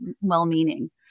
well-meaning